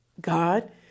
God